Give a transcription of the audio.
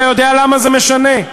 אתה יודע למה זה משנה?